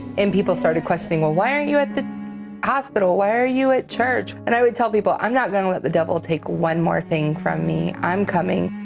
and people started questioning, well why aren't you at the hospital, why are you at church? and i would tell people, i'm not gonna let the devil take one more thing from me, i'm coming,